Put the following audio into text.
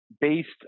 based